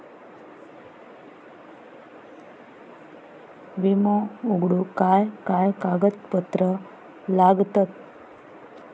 विमो उघडूक काय काय कागदपत्र लागतत?